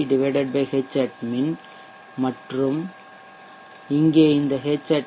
min மற்றும் இங்கே இந்த Hat